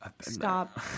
Stop